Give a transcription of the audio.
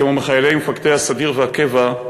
כמו מחיילי ומפקדי הסדיר והקבע,